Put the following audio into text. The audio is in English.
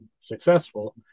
successful